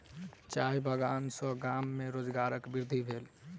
चाय बगान सॅ गाम में रोजगारक वृद्धि भेल